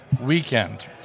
weekend